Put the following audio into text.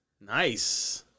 Nice